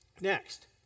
next